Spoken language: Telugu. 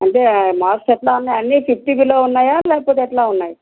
అంటే మార్క్స్ ఎలా ఉన్నాయి అన్నీ ఫిఫ్టీ బీలో ఉన్నాయా లేకపోతే ఎలా ఉన్నాయి